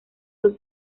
dos